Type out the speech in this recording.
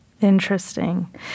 Interesting